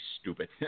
stupid